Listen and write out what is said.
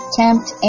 tempt